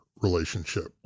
relationship